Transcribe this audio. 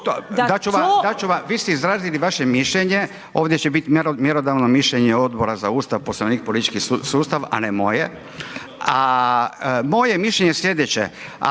dati ću vam, vi ste izrazili vaše mišljenje, ovdje će biti mjerodavno mišljenje Odbora za Ustav, Poslovnik i politički sustav, a ne moje, a moje mišljenje je slijedeće